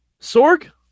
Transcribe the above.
Sorg